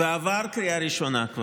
והוא כבר עבר בקריאה ראשונה,